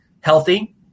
healthy